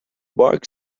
bark